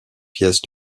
pièces